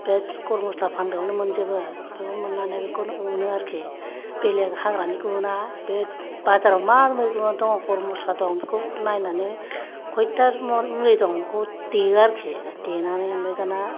बे गरम मस्ला फानग्रायाव मोनजोबो मोननानै बेखौनो उनो आरोखि बेलेग हाग्रानि गुबुना बे बाजाराव मा मैगं दं गरम मस्ला दं बेखौ नायनानै खयथा मुलि दं बेखौ देयो आरोखि देनानै ओमफ्राय